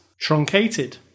truncated